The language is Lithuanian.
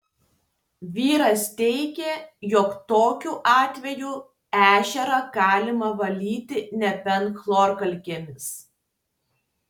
vyras teigė jog tokiu atveju ežerą galima valyti nebent chlorkalkėmis